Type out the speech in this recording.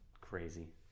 crazy